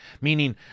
meaning